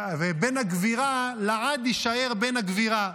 ובן הגבירה לעד יישאר בן הגבירה,